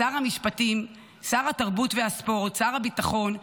לשר המשפטים, לשר התרבות והספורט, לשר הביטחון,